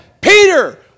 peter